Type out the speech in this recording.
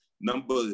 number